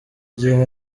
gihe